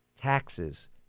taxes